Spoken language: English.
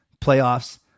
playoffs